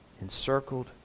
encircled